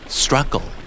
struggle